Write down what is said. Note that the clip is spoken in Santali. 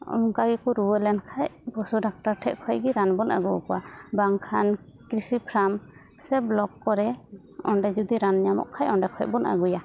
ᱚᱱᱠᱟ ᱜᱮᱠᱚ ᱨᱩᱣᱟᱹ ᱞᱮᱱᱠᱷᱟᱡ ᱚᱵᱚᱥᱳᱭ ᱰᱟᱠᱴᱟᱨ ᱴᱷᱮᱡ ᱠᱷᱚᱡ ᱨᱟᱱ ᱵᱚᱱ ᱟᱹᱜᱩᱣᱟᱠᱚᱣᱟ ᱵᱟᱝ ᱠᱷᱟᱱ ᱠᱤᱨᱥᱤ ᱯᱷᱟᱨᱟᱢ ᱥᱮ ᱵᱞᱚᱠ ᱠᱚᱨᱮ ᱚᱸᱰᱮ ᱡᱩᱫᱤ ᱨᱟᱱ ᱧᱟᱢᱚᱜ ᱠᱷᱟᱡ ᱚᱸᱰᱮ ᱠᱷᱚᱡ ᱵᱚᱱ ᱟᱹᱜᱩᱭᱟ